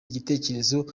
gitekerezo